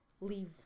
leave